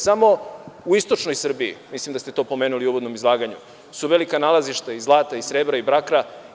Samo u istočnoj Srbiji, mislim da ste to pomenuli u uvodnom izlaganju, su velika nalazišta i zlata i srebra i bakra.